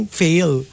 fail